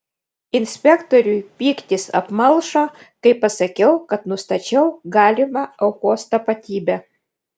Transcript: inspektoriui pyktis apmalšo kai pasakiau kad nustačiau galimą aukos tapatybę